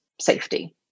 safety